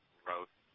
growth